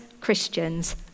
Christians